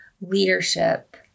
leadership